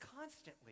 constantly